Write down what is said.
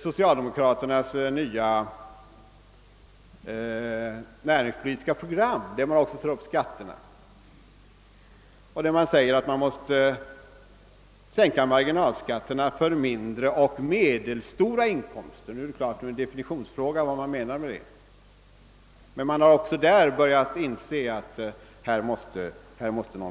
socialdemokraternas nya näringspolitiska program, där även skat terna tas upp och där det säges att marginalskatterna för mindre och medelstora inkomster bör sänkas. Självfallet är det dock en definitionsfråga vad man menar med det. även på det hållet har man emellertid börjat inse att något måste göras på detta område.